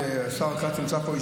והשר כץ נמצא פה,